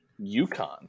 UConn